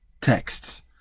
texts